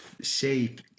shape